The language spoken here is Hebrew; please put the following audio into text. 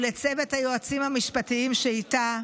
ולצוות היועצים המשפטיים שאיתה.